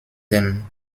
dem